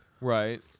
Right